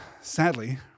sadly